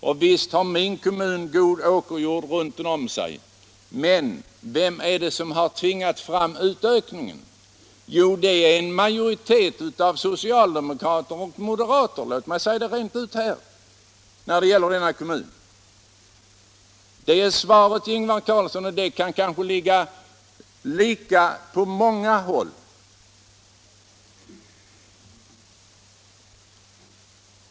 Ja, visst är det bra åkerjord runt omkring min hemkommun, men vem var det som tvingade fram utökningen av bebyggandet? Jo, det var när det gäller denna kommun en majoritet som bestod av socialdemokrater och moderater — låt mig säga det rent ut här. Det är svaret till Ingvar Carlsson. Det kanske är likadant på många andra håll i kommunerna.